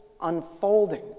unfolding